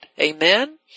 Amen